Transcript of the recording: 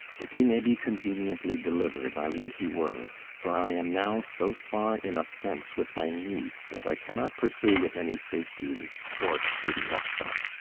if he may be conveniently deliver'd, i would he were, for i am now so far in offence with my niece that i cannot pursue with any safety this sport to the upshot.